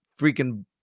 freaking